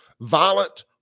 violent